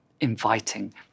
inviting